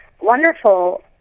wonderful